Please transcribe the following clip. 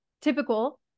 Typical